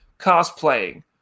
Cosplaying